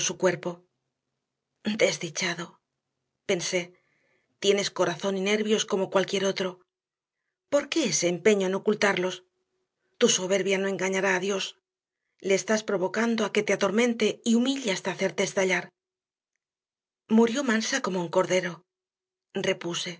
cuerpo desdichado pensé tienes corazón y nervios como cualquier otro por qué ese empeño en ocultarlos tu soberbia no engañará a dios le estás provocando a que te atormente y humille hasta hacerte estallar murió mansa como un cordero repuse